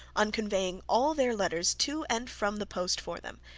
on conveying all their letters to and from the post for them,